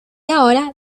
ahora